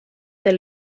del